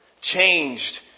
changed